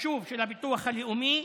יישוב של הביטוח הלאומי,